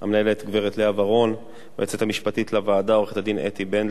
המנהלת הגברת לאה ורון והיועצת המשפטית לוועדה עורכת-הדין אתי בנדלר,